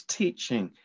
teaching